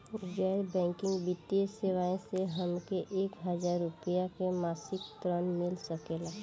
गैर बैंकिंग वित्तीय सेवाएं से हमके एक हज़ार रुपया क मासिक ऋण मिल सकेला?